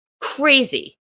crazy